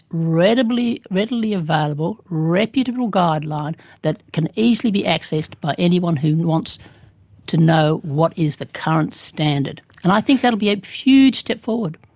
readily readily available reputable guideline that can easily be accessed by anyone who wants to know what is the current standard. and i think that will be a huge step forward.